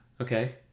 okay